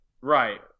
Right